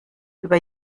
über